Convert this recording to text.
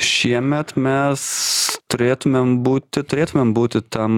šiemet mes turėtumėm būti turėtumėm būti tam